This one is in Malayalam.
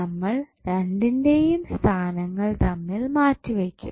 നമ്മൾ രണ്ടിന്റെയും സ്ഥാനങ്ങൾ തമ്മിൽ മാറ്റിവയ്ക്കും